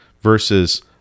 versus